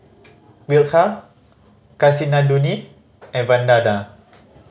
Milkha Kasinadhuni and Vandana